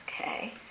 Okay